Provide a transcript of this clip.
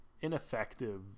ineffective